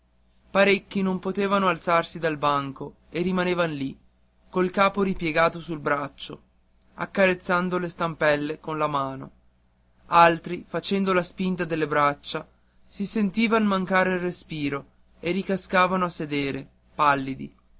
parecchi non potevano alzarsi dal banco e rimanevan lì col capo ripiegato sul braccio accarezzando le stampelle con la mano altri facendo la spinta delle braccia si sentivan mancare il respiro e ricascavano a sedere pallidi